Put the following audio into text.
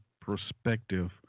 perspective